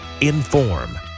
Inform